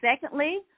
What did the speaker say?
Secondly